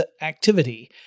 activity